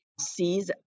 sees